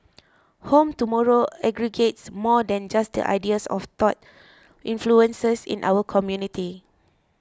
Home Tomorrow aggregates more than just the ideas of thought influences in our community